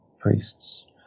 priests